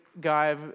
guy